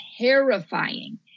terrifying